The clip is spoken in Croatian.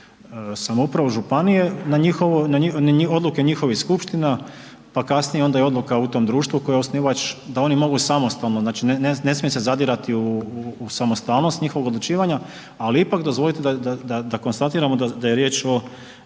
samoupravu županije, na njihovo, odluke njihovih skupština, pa kasnije i onda odluka u tom društva koje je osnivač da oni mogu samostalno, znači ne smije se zadirati u samostalnost njihovog odlučivanja, ali ipak dozvolite da, da, da konstatiramo da je riječ o